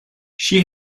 she